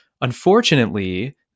Unfortunately